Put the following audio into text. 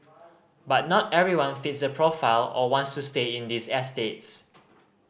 but not everyone fits the profile or wants to stay in these estates